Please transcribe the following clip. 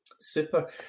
Super